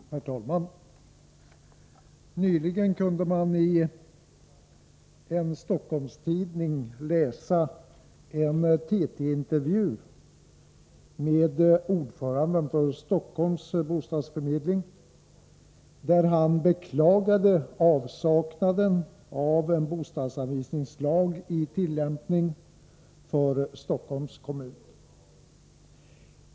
Herr talman! Nyligen kunde man i en Stockholmstidning läsa en TT intervju med ordföranden för Stockholms bostadsförmedling, där denne bl.a. beklagade avsaknaden av en bostadsanvisningslag i tillämpning för Stockholms kommun.